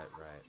right